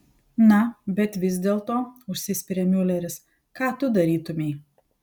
na bet vis dėlto užsispiria miuleris ką tu darytumei